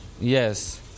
Yes